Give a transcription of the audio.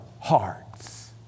hearts